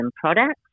products